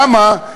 למה?